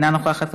אינה נוכחת,